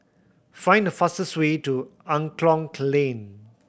find the fastest way to Angklong Lane